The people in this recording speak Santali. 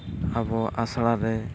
ᱟᱵᱚᱣᱟᱜ ᱟᱥᱲᱟ ᱨᱮ